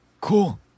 Cool